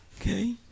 okay